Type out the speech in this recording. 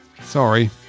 Sorry